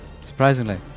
Surprisingly